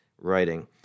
writing